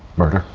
murder.